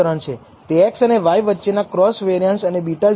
તેથી SSR જે આ વચ્ચેનો તફાવત છે તે પૂરતો મોટો હોવો જોઈએ